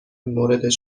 مورد